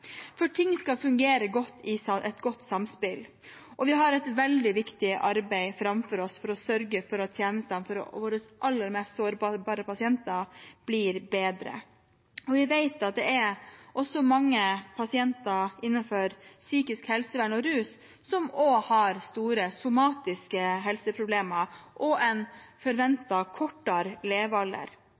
Ting skal fungere i et godt samspill, og vi har et veldig viktig arbeid framfor oss for å sørge for at tjenestene for våre aller mest sårbare pasienter blir bedre. Vi vet at det er mange pasienter innenfor psykisk helsevern og rus som også har store somatiske helseproblemer og en forventet kortere levealder.